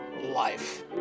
life